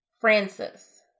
Francis